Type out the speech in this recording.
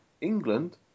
England